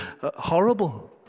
horrible